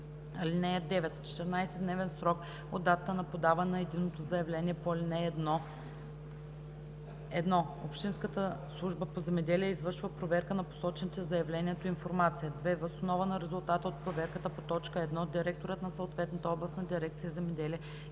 лице. (9) В 14-дневен срок от датата на подаване на единното заявление по ал. 1: 1. общинската служба по земеделие извършва проверка на посочената в заявлението информация; 2. въз основа на резултата от проверката по т. 1 директорът на съответната областна дирекция „Земеделие“